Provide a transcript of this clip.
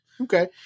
Okay